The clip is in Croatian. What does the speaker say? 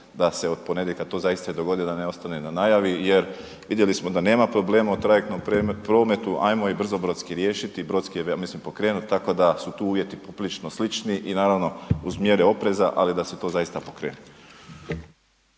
da se od ponedjeljka to zaista i dogodi da ne ostane na najavi jer vidjeli smo da nema problema u trajektnom prometu, ajmo i brzo brodski riješiti, brodski je ja mislim pokrenut, tako da su tu uvjeti poprilično slični i naravno uz mjere opreza, ali da se to zaista pokrene.